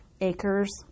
acres